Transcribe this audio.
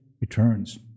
returns